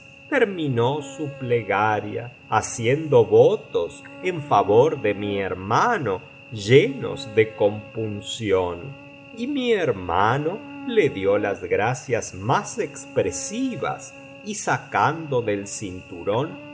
terminó su plegaria haciendo votos en favor de mi hermano llenos de compunción y mi hermano le dio las gracias más expresivas y sacando del cinturón dos